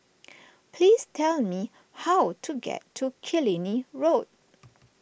please tell me how to get to Killiney Road